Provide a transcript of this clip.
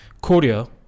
Korea